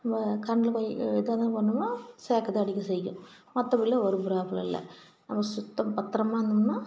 நம்ம கரண்டில் போய் இதாக தான் பண்ணோம்னால் ஸேக்கு தான் அடிக்க செய்யும் மற்றப்படிலான் ஒரு ப்ராப்ளம் இல்லை நம்ம சுத்த பத்திரமா இருந்தோம்னால்